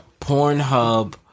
Pornhub